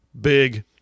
big